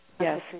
Yes